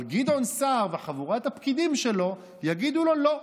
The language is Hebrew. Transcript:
אבל גדעון סער וחבורת הפקידים שלו יגידו לו: לא,